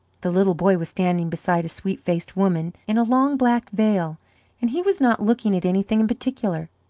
the little boy was standing beside a sweet-faced woman in a long black veil and he was not looking at anything in particular.